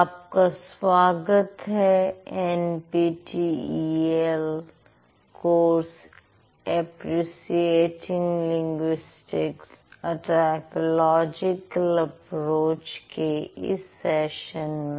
आपका स्वागत है NPTEL course appreciate linguistics a typological approach Appreciating Linguistics A Typological Approach के इस सेशन में